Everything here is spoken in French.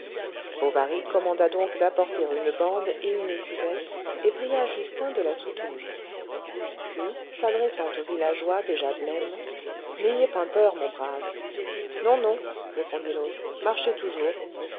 bovary commanda donc d'apporter une bande et une cuvette et pria justin de la soutenir puis s'adressant au villageois déjà blême n'ayez point peur mon brave non non répondit l'autre marchez toujours